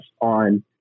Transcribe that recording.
on